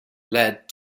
led